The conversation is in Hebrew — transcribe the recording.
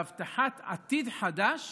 בהבטחת עתיד חדש